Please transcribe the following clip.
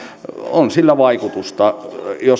on sillä vaikutusta jo